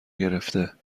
گرفته